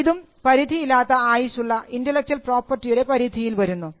ഇതും പരിധിയില്ലാത്ത ആയുസ്സുള്ള ഇന്റെലക്ച്വൽ പ്രോപ്പർട്ടി യുടെ പരിധിയിൽ വരുന്നു